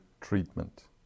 treatment